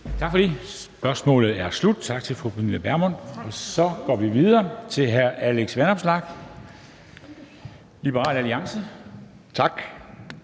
Tak for det. Spørgsmålet er slut, så tak til fru Pernille Vermund. Så går vi videre til hr. Alex Vanopslagh, Liberal Alliance. Kl.